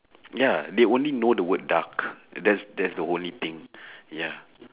ya they only know the word dark that's that's the only thing ya